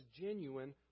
genuine